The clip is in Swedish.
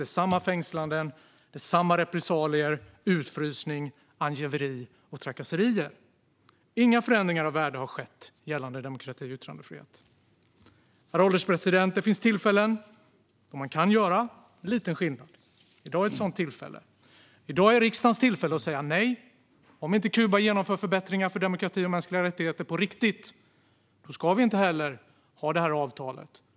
Det är samma fängslanden. Det är samma repressalier, utfrysning, angiveri och trakasserier. Inga förändringar av värde har skett gällande demokrati och yttrandefrihet. Herr ålderspresident! Det finns tillfällen då man kan göra en liten skillnad. I dag är ett sådant tillfälle. I dag är riksdagens tillfälle att säga nej - om inte Kuba genomför förbättringar för demokrati och mänskliga rättigheter på riktigt ska vi inte heller ha det här avtalet.